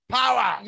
power